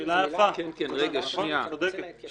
שאלה יפה, את צודקת.